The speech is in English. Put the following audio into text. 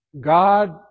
God